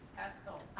hessel?